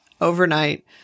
overnight